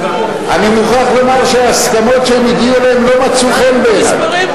אני מוכרח לומר שההסכמות שהם הגיעו אליהן לא מצאו חן בעיני,